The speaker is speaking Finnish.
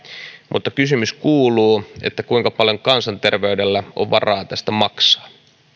mutta kysymys kuuluu kuinka paljon kansanterveydellä on varaa tästä maksaa